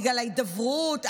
בגלל ההידברות,